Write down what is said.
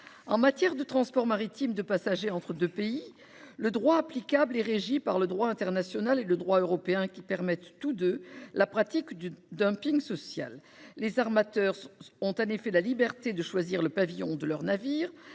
En matière de transport maritime de passagers entre deux pays, le droit applicable est régi par le droit international et le droit européen, qui permettent tous deux la pratique du dumping social. Les armateurs ont en effet la liberté de choisir le pavillon de leur navire,